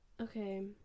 Okay